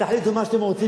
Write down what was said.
תחליטו מה שאתם רוצים.